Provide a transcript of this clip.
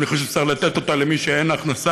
אני חושב שצריך לתת אותה למי שאין לו הכנסה,